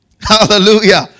Hallelujah